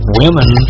women